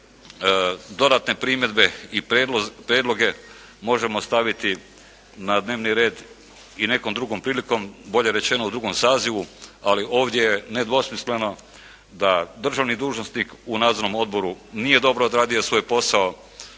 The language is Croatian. dodatne primjedbe i prijedloge možemo staviti na dnevni red i nekom drugom prilikom, bolje rečeno u drugom sazivu, ali ovdje nedvosmisleno da državni dužnosnik u nadzornom odboru nije dobro odradio svoj posao.